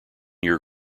year